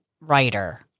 writer